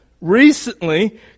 recently